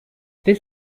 this